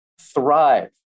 thrive